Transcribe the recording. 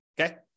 Okay